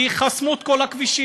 כי חסמו את כל הכבישים,